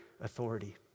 authority